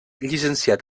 llicenciat